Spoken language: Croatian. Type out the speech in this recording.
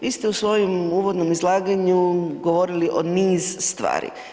Vi ste u svojem uvodnom izlaganju govorili o niz stvari.